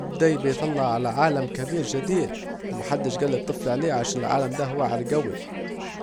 الباب ديه هيطلع على عالم كبير جديد، ومحدش جال للطفل عليه عشان العالم ده واعر جوي